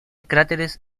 cráteres